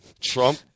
Trump